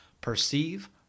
perceive